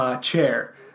chair